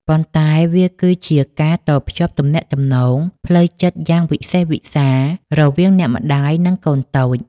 ប៉ុន្តែវាគឺជាការតភ្ជាប់ទំនាក់ទំនងផ្លូវចិត្តយ៉ាងវិសេសវិសាលរវាងអ្នកម្ដាយ និងកូនតូច។